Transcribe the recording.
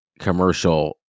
commercial